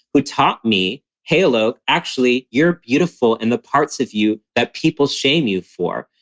who taught me, hey alok, actually, you're beautiful in the parts of you that people's shame you for.